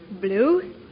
Blue